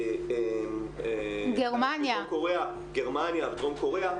דרום קוריאה.